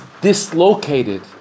dislocated